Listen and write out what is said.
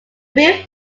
brief